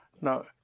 Now